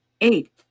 eight